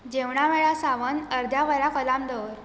जेवणा वेळा सावन अर्द्या वराक अलार्म दवर